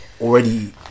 already